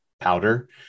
powder